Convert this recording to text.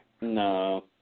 No